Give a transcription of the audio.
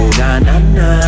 na-na-na